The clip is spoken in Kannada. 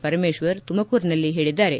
ಪರಮೇಶ್ವರ್ ತುಮಕೂರಿನಲ್ಲಿ ಹೇಳಿದ್ದಾರೆ